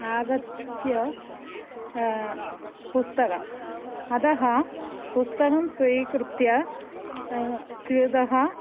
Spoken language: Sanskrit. आगत्य पुस्तकम् अतः पुस्तकं स्वीकृत्य स्यूतः